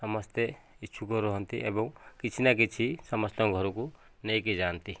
ସମସ୍ତେ ଇଚ୍ଛୁକ ରହନ୍ତି ଏବଂ କିଛି ନା କିଛି ସମସ୍ତଙ୍କ ଘରକୁ ନେଇକି ଯାଆନ୍ତି